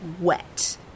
wet